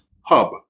hub